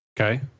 Okay